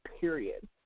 Period